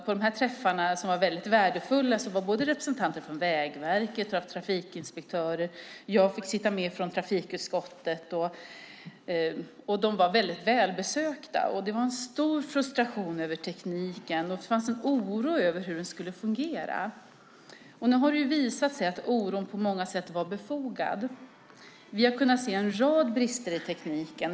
På nämnda träffar, som var väldigt värdefulla, fanns både representanter för Vägverket och trafikinspektörer. Från trafikutskottet fick jag sitta med. Träffarna var väldigt välbesökta. Det var en stor frustration över tekniken, och det fanns en oro för hur den skulle fungera. Nu har det visat sig att den oron på många sätt var befogad. Vi har kunnat se en rad brister i tekniken.